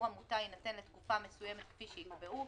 עמותה יינתן לתקופה מסוימת כפי שיקבעו,